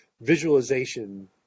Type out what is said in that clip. visualization